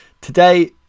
Today